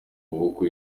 maboko